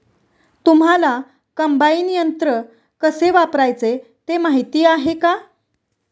तुम्हांला कम्बाइन यंत्र कसे वापरायचे ते माहीती आहे का?